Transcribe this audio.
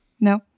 No